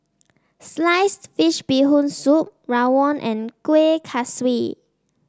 Sliced Fish Bee Hoon Soup rawon and Kueh Kaswi